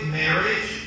marriage